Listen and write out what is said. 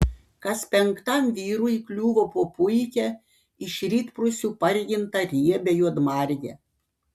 kas penktam vyrui kliuvo po puikią iš rytprūsių pargintą riebią juodmargę